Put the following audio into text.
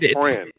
friend